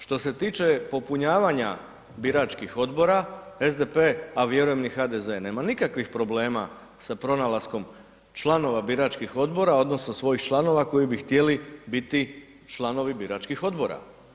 Što se tiče popunjavanja biračkih odbora SDP, a vjerujem ni HDZ nema nikakvih problema sa pronalaskom članova biračkih odbora odnosno svojih članova koji bi htjeli biti članovi biračkih odbora.